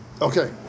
Okay